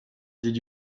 did